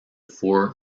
four